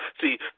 See